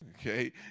okay